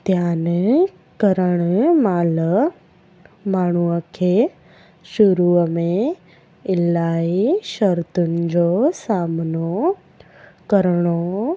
ध्यानु करणु महिल माण्हूअ खे शुरूअ में इलाही शर्तुनि जो सामनो करिणो